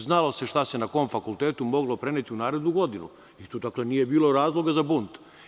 Znalo se šta se na kom fakultetu moglo preneti u narednu godinu i tu dakle, nije bilo razloga za bunt.